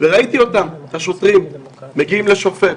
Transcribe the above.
וראיתי את השוטרים מגיעים לשופט.